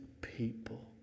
people